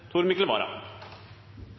Tor Mikkel